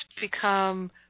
become